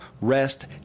rest